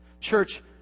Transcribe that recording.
Church